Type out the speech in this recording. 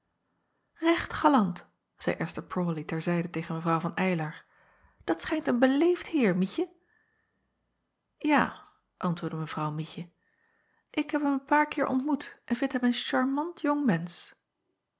echt galant zeî sther rawley ter zijde tegen w van ylar dat schijnt een beleefd heer ietje a antwoordde w ietje ik heb hem een paar keer ontmoet en vind hem een charmant jong mensch